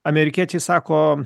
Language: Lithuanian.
amerikiečiai sako